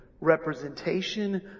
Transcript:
representation